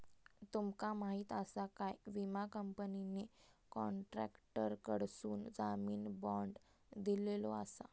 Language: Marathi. तुमका माहीत आसा काय, विमा कंपनीने कॉन्ट्रॅक्टरकडसून जामीन बाँड दिलेलो आसा